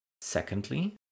Secondly